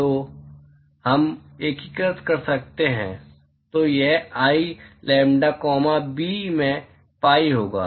तो हम एकीकृत कर सकते हैं तो यह आई लैम्ब्डा कॉमा बी में पाई होगी